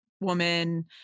woman